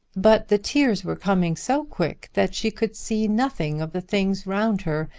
but the tears were coming so quick that she could see nothing of the things around her,